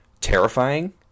terrifying